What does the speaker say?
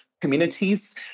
communities